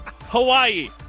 Hawaii